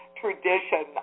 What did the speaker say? tradition